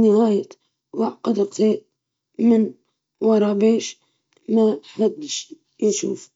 الإبرة وتخرجها من الجهة الخارجية، تخيط الزر وتثبت الخيط جيدًا من الداخل.